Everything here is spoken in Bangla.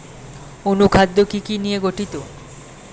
অনুখাদ্য কি কি নিয়ে গঠিত?